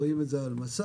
רואים את זה על מסך,